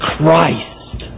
Christ